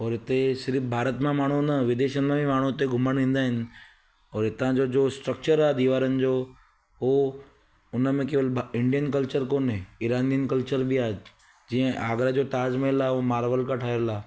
और हिते सिर्फ़ भारत मां माण्हू न विदेशनि मां बि माण्हू हिते घुमण ईंदा आहिनि और हितां जो जो स्ट्रक्चर आहे दिवारनि जो उओ उनमें केवल भा इंडियन कल्चर कोने ईरानिनि कल्चर बि आहे जीअं आगरा जो ताजमहल आहे उओ मार्बल खां ठहियलु आहे